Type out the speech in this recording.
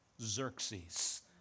Xerxes